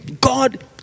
God